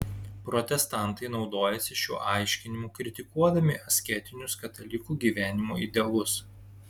protestantai naudojasi šiuo aiškinimu kritikuodami asketinius katalikų gyvenimo idealus